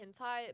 hentai